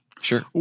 Sure